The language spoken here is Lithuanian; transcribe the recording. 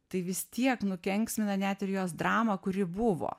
tai vis tiek nukenksmina net ir jos dramą kuri buvo